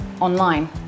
online